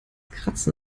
kratzen